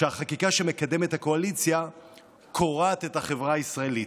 שהחקיקה שמקדמת הקואליציה קורעת את החברה הישראלית.